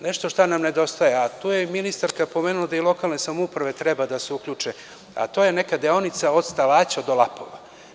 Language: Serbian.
Nešto što nam nedostaje, to je i ministarka napomenula da i lokalne samouprave treba da se uključe, a to je neka deonica od Stalaća do Lapova.